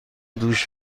دوش